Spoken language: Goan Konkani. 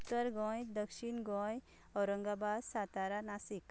उत्तर गोंय दक्षीण गोंय औरंगाबाद सातारा नासिक